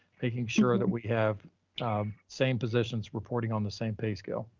making sure that we have same positions reporting on the same pay scale.